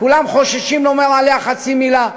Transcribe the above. כולם חוששים לומר עליה חצי מילה.